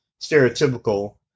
stereotypical